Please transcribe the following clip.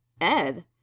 Ed